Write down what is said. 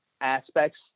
aspects